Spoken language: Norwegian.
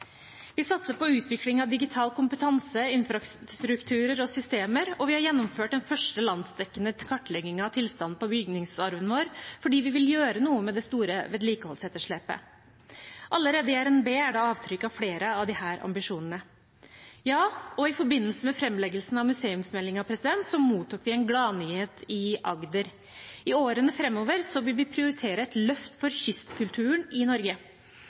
Vi satser på utvikling av digital kompetanse, infrastrukturer og systemer, og vi har gjennomført den første landsdekkende kartleggingen av tilstanden på bygningsarven vår, fordi vi vil gjøre noe med det store vedlikeholdsetterslepet. Allerede i revidert nasjonalbudsjett er det avtrykk av flere av disse ambisjonene. I forbindelse med framleggelsen av museumsmeldingen mottok vi en gladnyhet i Agder. I årene framover vil vi prioritere et løft for kystkulturen i Norge.